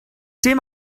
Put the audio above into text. dim